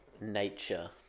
Nature